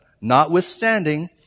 notwithstanding